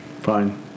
Fine